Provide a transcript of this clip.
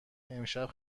امشب